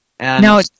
No